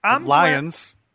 Lions